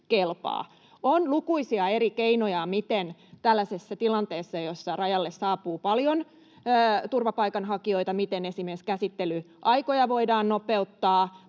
On lukuisia eri keinoja, miten tällaisessa tilanteessa, jossa rajalle saapuu paljon turvapaikanhakijoita, esimerkiksi käsittelyaikoja voidaan nopeuttaa